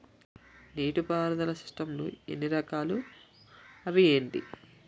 నీటిపారుదల సిస్టమ్ లు ఎన్ని రకాలు? అవి ఏంటి?